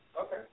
Okay